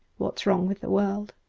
what's wrong with the world